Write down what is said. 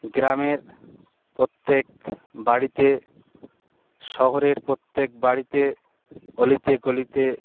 গ্রামের প্রত্যেক বাড়িতে শহরের প্রত্যেক বাড়িতে অলিতে গলিতে